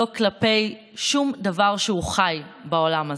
לא כלפי שום דבר שהוא חי בעולם הזה.